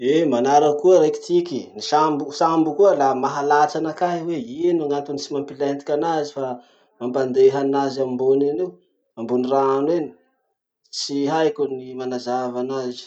Eh manaraky koa raiky tiky. Ny sambo sambo koa la mahalatsa anakahy hoe ino gn'antony tsy mampiletiky anazy fa mampandeha anazy ambony eny io, ambony rano eny. Tsy haiko ny manazava anazy.